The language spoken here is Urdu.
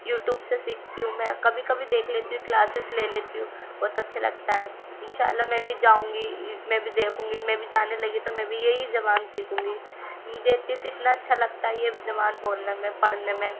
یوٹوب سے سیکھتی ہوں میں کبھی کبھی دیکھ لیتی ہوں کلاسز لے لیتی ہوں بہت اچھا لگتا ہے ان شاء اللہ میں بھی جاؤں گی میں بھی دیکھوں گی میں بھی جانے لگی تو میں بھی یہی زبان سیکھوں گی مجھے صرف اتنا اچھا لگتا ہے یہ زبان بولنے میں پڑھنے میں